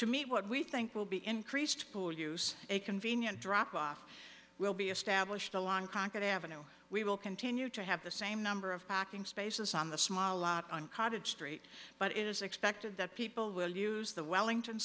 to meet what we think will be increased pool use a convenient drop off will be established along conquered avenue we will continue to have the same number of packing spaces on the small lot on cottage street but it is expected that people will use the wellington